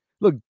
Look